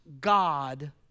God